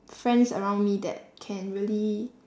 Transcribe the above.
friends around me that can really